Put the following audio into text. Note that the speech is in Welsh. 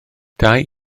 dau